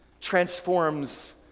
transforms